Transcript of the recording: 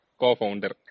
co-founder